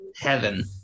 heaven